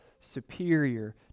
superior